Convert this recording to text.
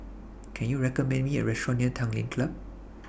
Can YOU recommend Me A Restaurant near Tanglin Club